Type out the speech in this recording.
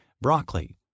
broccoli